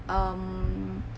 um